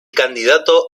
candidato